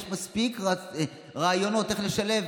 יש מספיק רעיונות איך לשלב.